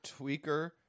Tweaker